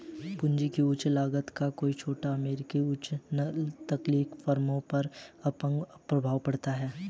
पूंजी की उच्च लागत का कई छोटी अमेरिकी उच्च तकनीकी फर्मों पर अपंग प्रभाव पड़ता है